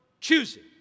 choosing